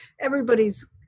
everybody's